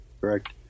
correct